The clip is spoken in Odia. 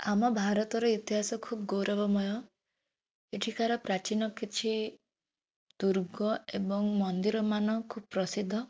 ଆମ ଭାରତର ଇତିହାସ ଖୁବ୍ ଗୌରବମୟ ଏଠିକାର ପ୍ରାଚୀନ କିଛି ଦୁର୍ଗ ଏବଂ ମନ୍ଦିର ମାନ ଖୁବ୍ ପ୍ରସିଦ୍ଧ